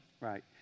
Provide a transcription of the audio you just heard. Right